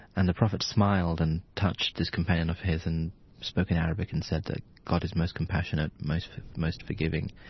and the prophet smiled and touched this companion of his and spoke in arabic and said that god is most compassionate, most most forgiving.